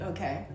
Okay